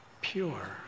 pure